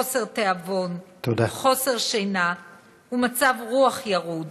חוסר תיאבון, חוסר שינה ומצב רוח ירוד.